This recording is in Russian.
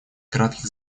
кратких